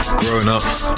grown-ups